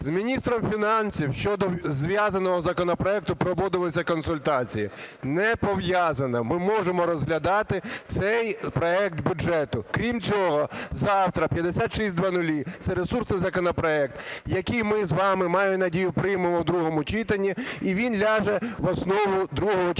З міністром фінансів щодо зв'язаного законопроекту проводилися консультації. Не пов'язано, ми можемо розглядати цей проект бюджету. Крім цього, завтра 5600 – це ресурсний законопроект, який ми з вами, маю надію, приймемо в другому читанні і він ляже в основу другого читання